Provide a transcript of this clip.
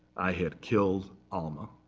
i had killed alma.